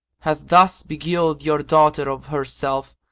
hath thus beguiled your daughter of herself,